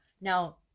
now